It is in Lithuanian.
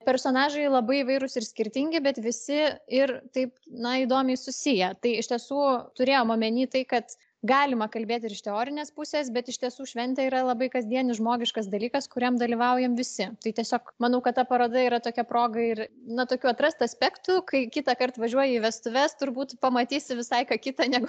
personažai labai įvairūs ir skirtingi bet visi ir taip na įdomiai susiję tai iš tiesų turėjom omeny tai kad galima kalbėti ir iš teorinės pusės bet iš tiesų šventė yra labai kasdienis žmogiškas dalykas kuriam dalyvaujam visi tai tiesiog manau kad ta paroda yra tokia proga ir na tokių atrast aspektų kai kitąkart važiuoji į vestuves turbūt pamatysi visai ką kita negu